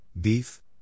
beef